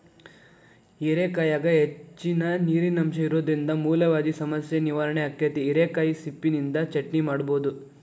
ಹೇರೆಕಾಯಾಗ ಹೆಚ್ಚಿನ ನೇರಿನಂಶ ಇರೋದ್ರಿಂದ ಮೂಲವ್ಯಾಧಿ ಸಮಸ್ಯೆ ನಿವಾರಣೆ ಆಕ್ಕೆತಿ, ಹಿರೇಕಾಯಿ ಸಿಪ್ಪಿನಿಂದ ಚಟ್ನಿ ಮಾಡಬೋದು